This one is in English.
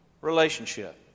relationship